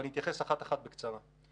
אני אתייחס אחת-אחת בקצרה.